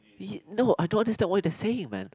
!ee! no I don't understand what they saying man